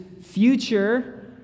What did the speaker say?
Future